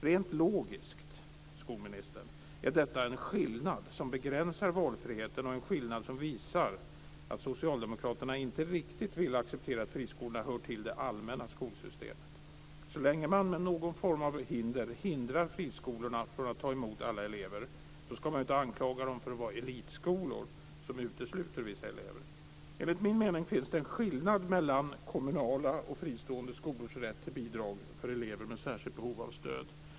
Rent logiskt, skolministern, är detta en skillnad som begränsar valfriheten och som visar att socialdemokraterna inte riktigt vill acceptera att friskolorna hör till det allmänna skolsystemet. Så länge man med någon form av hinder avhåller friskolorna från att ta emot alla elever ska man inte anklaga dem för att vara elitskolor som utesluter vissa elever. Enligt min mening finns det en skillnad mellan kommunala och fristående skolors rätt till bidrag för elever med särskilt behov av stöd.